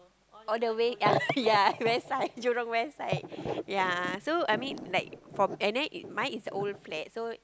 all the way ya west side Jurong-West side ya so I mean like for me and then my is the old flat